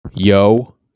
Yo